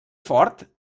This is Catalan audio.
fort